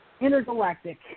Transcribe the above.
intergalactic